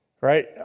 Right